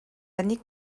années